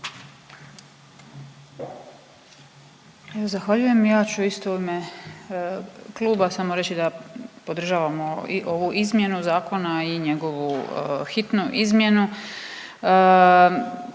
zahvaljujem. Ja ću isto u ime kluba samo reći da podržavamo i ovu izmjenu zakona i njegovu hitnu izmjenu.